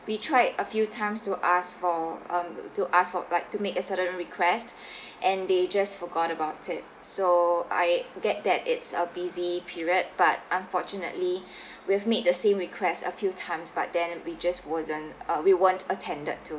we tried a few times to ask for um to ask for like to make a certain request and they just forgot about it so I get that it's a busy period but unfortunately we have made the same request a few times but then we just wasn't uh we weren't attended to